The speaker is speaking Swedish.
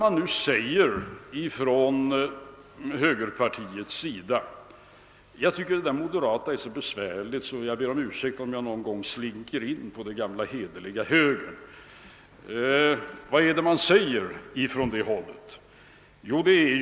Jag tycker att beteckningen de moderata är så besvärlig att ni får ursäkta, om jag någon gång slinker in på det gamla hederliga namnet högern.